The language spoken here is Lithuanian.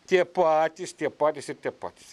tie patys tie patys ir tie patys